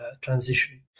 transition